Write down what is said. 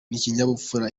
n’ikinyabupfura